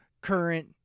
current